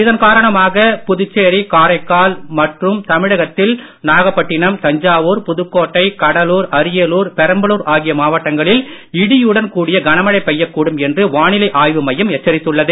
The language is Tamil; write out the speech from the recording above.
இதன் காரணமாக புதுச்சேரி காரைக்கால் மற்றும் தமிழகத்தில் நாகப் பட்டிணம் தஞ்சாவூர் புதுக்கோட்டை கடலூர் அரியலூர் பெரம்பலூர் ஆகிய மாவட்டங்களில் இடியுடன் கூடிய கனமழை பெய்யக் கூடும் என்று வானிலை ஆய்வு மையம் எச்சரித்துள்ளது